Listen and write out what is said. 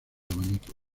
abanico